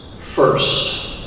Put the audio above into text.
first